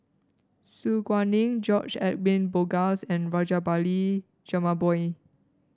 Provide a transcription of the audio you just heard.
Su Guaning George Edwin Bogaars and Rajabali Jumabhoy